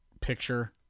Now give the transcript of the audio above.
picture